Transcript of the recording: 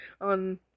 on